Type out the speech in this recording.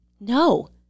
No